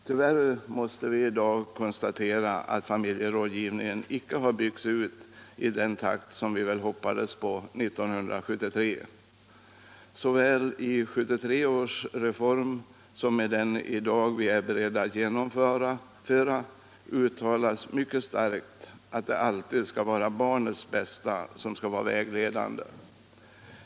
Tyvärr måste vi i dag konstatera att familjerådgivningen icke har byggts ut i den takt som vi väl hoppades på 1973. Såväl i 1973 års reform som i den vi i dag är beredda att genomföra uttalas mycket starkt, att det alltid skall vara barnets bästa som skall vara vägledande.